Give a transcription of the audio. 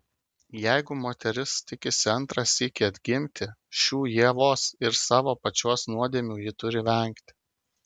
jeigu moteris tikisi antrą sykį atgimti šių ievos ir savo pačios nuodėmių ji turi vengti